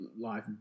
life